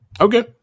Okay